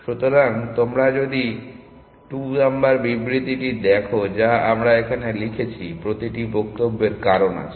সুতরাং তোমরা যদি 2 নম্বর বিবৃতিটি দেখো যা আমরা এখানে লিখেছি প্রতিটি বক্তব্যের কারণ আছে